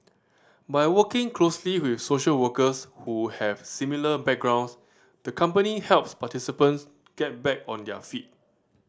by working closely with social workers who have similar backgrounds the company helps participants get back on their feet